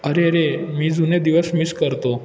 अरेरे मी जुने दिवस मिस करतो